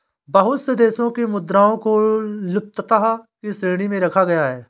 बहुत से देशों की मुद्राओं को लुप्तता की श्रेणी में रखा गया है